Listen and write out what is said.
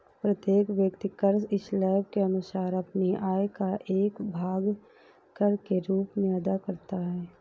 प्रत्येक व्यक्ति कर स्लैब के अनुसार अपनी आय का एक भाग कर के रूप में अदा करता है